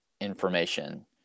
information